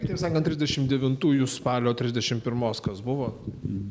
kitaip sakant trisdešimt devintųjų spalio trisdešimt pirmos kas buvo